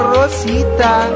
Rosita